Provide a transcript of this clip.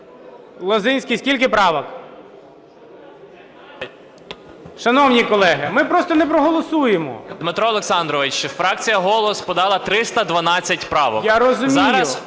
Дмитро Олександрович, фракція "Голос" подала 312 правок. ГОЛОВУЮЧИЙ.